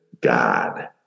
God